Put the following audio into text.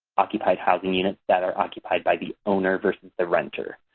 occupied housing units that are occupied by the owner versus the renter.